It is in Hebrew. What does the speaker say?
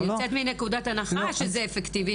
אני יוצאת מנקודת הנחה שזה אפקטיבי.